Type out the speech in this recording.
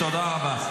תודה רבה.